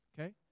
Okay